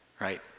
Right